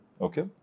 Okay